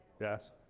Yes